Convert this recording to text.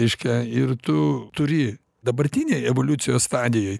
reiškia ir tu turi dabartinėj evoliucijos stadijoj